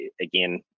again